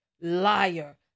liar